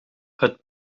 het